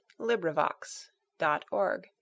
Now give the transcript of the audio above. LibriVox.org